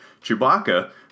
Chewbacca